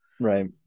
Right